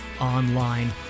online